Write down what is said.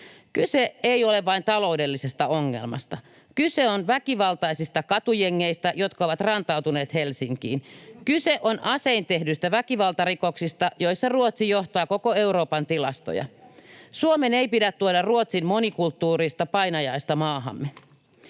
Kyse ei ole vain taloudellisesta ongelmasta. Kyse on väkivaltaisista katujengeistä, jotka ovat rantautuneet Helsinkiin. Kyse on asein tehdyistä väkivaltarikoksista, joissa Ruotsi johtaa koko Euroopan tilastoja. Suomen ei pidä tuoda Ruotsin monikulttuurista painajaista maahamme.